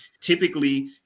Typically